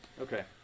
Okay